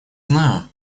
знаю